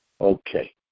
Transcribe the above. Okay